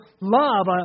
love